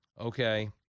Okay